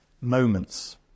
moments